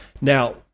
Now